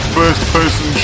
first-person